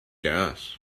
does